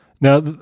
Now